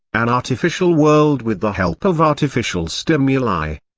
an artificial world with the help of artificial stimuli.